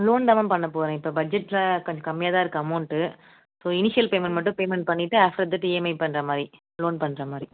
loan தான் ma'am பண்ணப் போகிறேன் இப்போது பட்ஜெட்டில் கொஞ்சம் கம்மியாகதான் இருக்குது அமௌண்ட்டு ஸோ இனிஷியல் பேமெண்ட் மட்டும் பேமெண்ட் பண்ணிவிட்டு அஃடர் தட் இஎம்ஐ பண்ணுற மாதிரி லோன் பண்ணுற மாதிரி